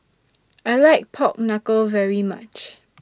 I like Pork Knuckle very much